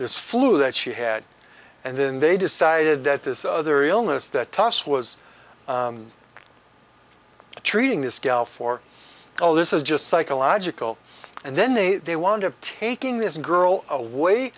this flu that she had and then they decided that this other illness that toss was treating this gal for all this is just psychological and then they they want to taking this girl away